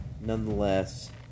nonetheless